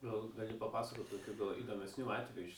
gal gali papasakot tokių do įdomesnių atvejų iš